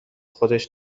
خودش